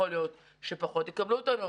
יכול להיות שפחות יקבלו אותנו,